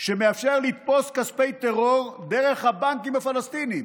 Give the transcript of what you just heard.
שמאפשר לתפוס כספי טרור דרך הבנקים הפלסטיניים.